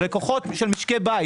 שלקוחות של משקי בית,